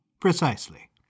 Precisely